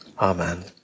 Amen